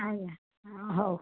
ଆଜ୍ଞା ହଁ ହେଉ